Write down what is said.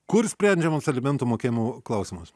kur sprendžiamas alimentų mokėjimo klausimas